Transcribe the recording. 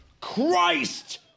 Christ